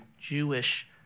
Jewish